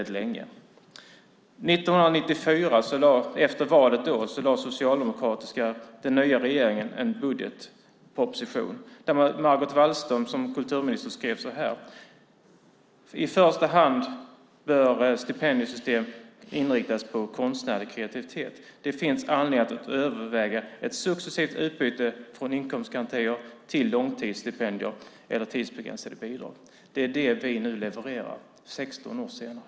Efter valet 1994 lade den nya, socialdemokratiska regeringen fram en budgetproposition där kulturminister Margot Wallström skrev: I första hand bör stipendiesystem inriktas på konstnärlig kreativitet. Det finns anledning att överväga ett successivt utbyte från inkomstgarantier till långtidsstipendier eller tidsbegränsade bidrag. Det är detta vi nu levererar, 16 år senare.